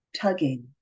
tugging